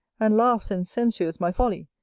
and laughs and censures my folly,